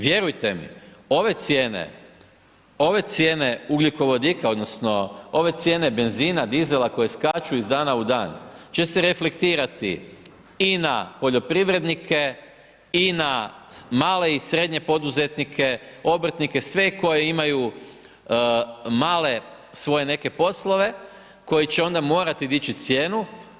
Vjerujte mi, ove cijene, ove cijene ugljikovodika, odnosno, ove cijene, benzina, dizela, koje skaču iz dana u dan, će se reflektirati i na poljoprivrednike i na male i srednje poduzetnike, obrtnike, sve koji imaju male svoje neke poslove, koji će onda morati dići cijenu.